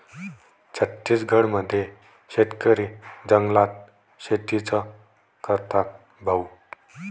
छत्तीसगड मध्ये शेतकरी जंगलात शेतीच करतात भाऊ